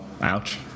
ouch